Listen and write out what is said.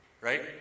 right